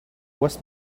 was